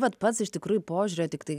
vat pats iš tikrųjų požiūrio tiktai